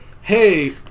hey